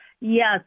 Yes